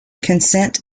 consent